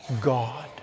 God